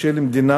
של מדינה?